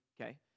okay